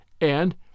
and